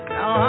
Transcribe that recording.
Now